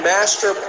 Master